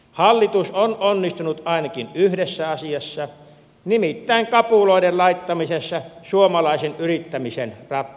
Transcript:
hallitus on onnistunut ainakin yhdessä asiassa nimittäin kapuloiden laittamisessa suomalaisen yrittämisen rattaisiin